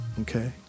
Okay